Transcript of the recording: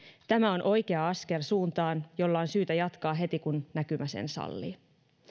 on oikea askel suuntaan jolla on syytä jatkaa heti kun näkymä sen sallii